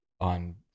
on